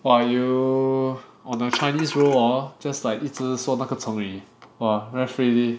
!wah! you on a Chinese roll hor just like 一直说那个成语 breathe already